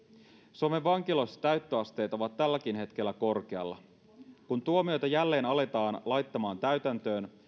suomen vankiloissa täyttöasteet ovat tälläkin hetkellä korkealla ja kun tuomioita jälleen aletaan laittamaan täytäntöön